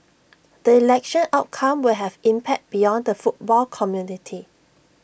the election outcome will have impact beyond the football community